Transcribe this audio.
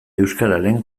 euskararen